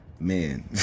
man